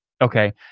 Okay